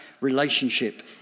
relationship